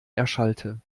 erschallte